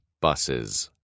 buses